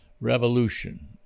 revolution